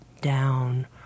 down